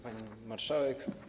Pani Marszałek!